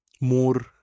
more